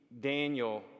Daniel